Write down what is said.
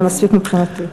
זה מספיק מבחינתי.